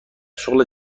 شغل